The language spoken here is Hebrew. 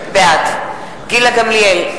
בעד גילה גמליאל,